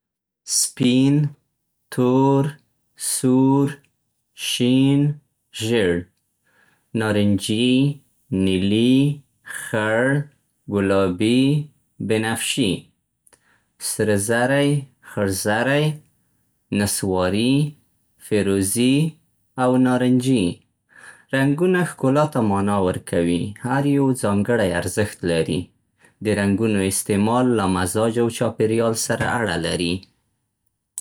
سپین، تور، سور، شین، ژېړ. نارنجي، نیلي، خړ، ګلابي، بنفشي. سره زری، خړ زری، نصواري، فیروزي، او نارنجي. رنګونه ښکلا ته معنا ورکوي، هر یو ځانګړی ارزښت لري. د رنګونو استعمال له مزاج او چاپېریال سره اړه لري.